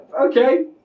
okay